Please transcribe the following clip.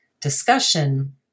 discussion